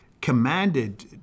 commanded